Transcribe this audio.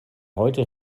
heute